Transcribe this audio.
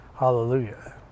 Hallelujah